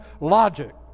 logic